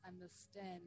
understand